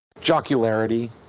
jocularity